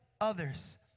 others